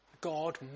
God